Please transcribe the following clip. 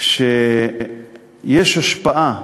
שיש השפעה